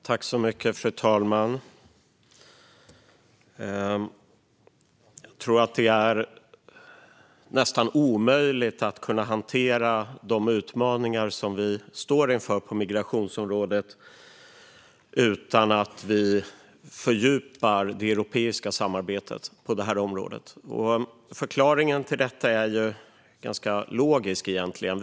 Fru talman! Jag tror att det är nästan omöjligt att hantera de utmaningar som vi står inför på migrationsområdet utan att vi fördjupar det europeiska samarbetet på det här området. Förklaringen till detta är ju egentligen ganska logisk.